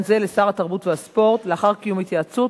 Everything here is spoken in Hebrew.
זה לשר התרבות והספורט לאחר קיום התייעצות